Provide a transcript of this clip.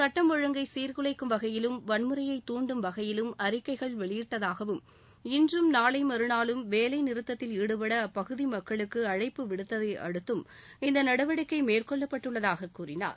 சுட்டம் ஒழங்கை சீர்குலைக்கும் வகையிலும் வன்முறையைத் தாண்டும் வகையிலும் அறிக்கைகள் வெளியிட்டதாகவும் இன்றும் நாளை மறுநாளும் வேலைநிறுத்தத்தில் ஈடுபட அப்பகுதி மக்களுக்கு அழைப்பு விடுத்ததை அடுத்தும் இந்த நடவடிக்கை மேற்கொள்ளப்பட்டுள்ளதாகக் கூறினார்